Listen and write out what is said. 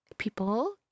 people